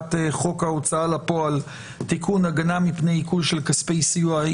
בהצעת חוק ההוצאה לפועל (תיקון - הגנה מפני עיקול של כספי סיוע),